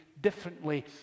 differently